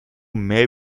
may